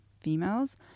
females